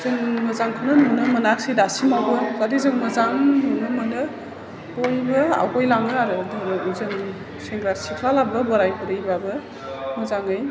जों मोजां खौनो नुनो मोनासै दासिमावबो जों मोजां नुनो मोनो बयबो आवगायलाङो आरो जोंनि सेंग्रा सिख्ला बाबो बोराय बुरिबाबो मोजाङै